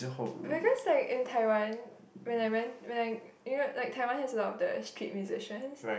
because like in Taiwan when I went when I you know like Taiwan there is a lot of street musicians